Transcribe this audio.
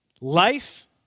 life